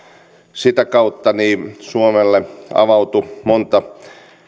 sitä kautta suomelle avautui monta